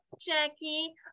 Jackie